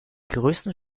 größten